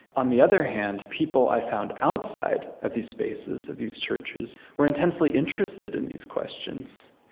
on the other hand, people i've found outside of these spaces, of these churches, were intensely interested in these questions,